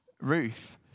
Ruth